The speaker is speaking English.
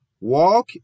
walk